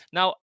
Now